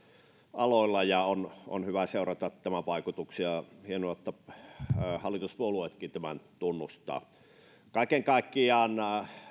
aloilla ja on on hyvä seurata tämän vaikutuksia hienoa että hallituspuolueetkin tämän tunnustavat kaiken kaikkiaan